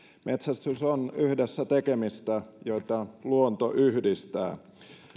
metsästys on yhdessä tekemistä jota luonto yhdistää